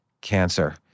cancer